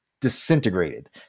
disintegrated